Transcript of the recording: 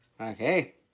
Okay